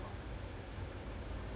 ஆமா:aamaa